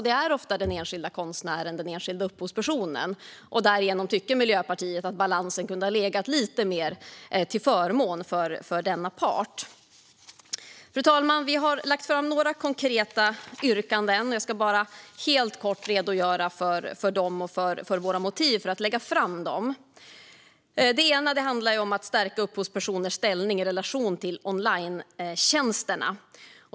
Det är ofta den enskilda konstnären, den enskilda upphovspersonen, och därigenom tycker Miljöpartiet att balansen kunde ha legat lite mer till förmån för denna part. Fru talman! Vi har lagt fram några konkreta yrkanden. Jag ska bara helt kort redogöra för dem och för våra motiv för att lägga fram dem. Det ena handlar om att stärka upphovspersoners ställning i relation till onlinetjänsterna.